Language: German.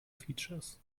features